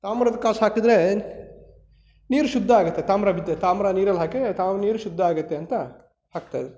ತಾಮ್ರದ ಕಾಸು ಹಾಕಿದರೆ ನೀರು ಶುದ್ಧ ಆಗತ್ತೆ ತಾಮ್ರ ಬಿದ್ದರೆ ತಾಮ್ರ ನೀರಲ್ಲಿ ಹಾಕಿ ತಾಮ್ರ ನೀರು ಶುದ್ಧ ಆಗತ್ತೆ ಅಂತ ಹಾಕ್ತಾ ಇದ್ದರು